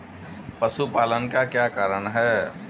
पशुपालन का क्या कारण है?